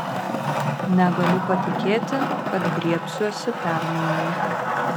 negaliu patikėti kad griebsiuosi permainų